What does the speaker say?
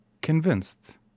Convinced